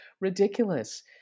ridiculous